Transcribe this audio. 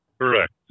Correct